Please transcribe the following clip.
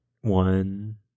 one